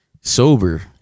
Sober